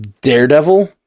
Daredevil